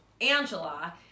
Angela